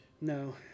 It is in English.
No